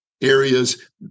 Areas